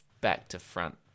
back-to-front